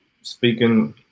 speaking